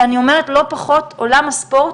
שאני אומרת עולם הספורט,